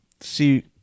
see